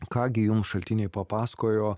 ką gi jums šaltiniai papasakojo